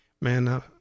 man